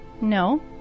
No